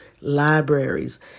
libraries